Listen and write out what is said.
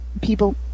people